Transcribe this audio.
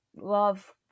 love